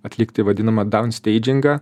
atlikti vadinamą daunsteidžingą